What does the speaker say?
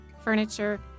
furniture